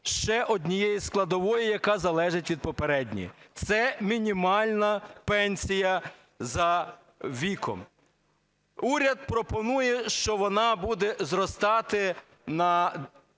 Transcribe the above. ще однієї складової, яка залежить від попередньої, – це мінімальна пенсія за віком. Уряд пропонує, що вона буде зростати на декілька